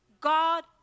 God